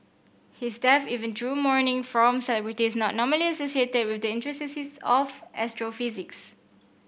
his death even drew mourning from celebrities not normally associated with the intricacies of astrophysics